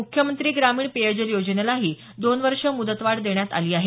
मुख्यमंत्री ग्रामीण पेयजल योजनेलाही दोन वर्ष मुदतवाढ देण्यात आली आहे